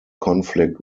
conflict